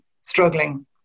struggling